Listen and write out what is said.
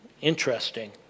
interesting